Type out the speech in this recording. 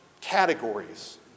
categories